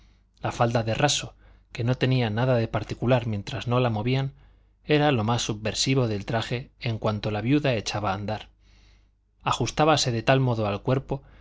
la falda de raso que no tenía nada de particular mientras no la movían era lo más subversivo del traje en cuanto la viuda echaba a andar ajustábase de tal modo al cuerpo